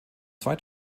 zwei